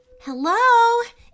Hello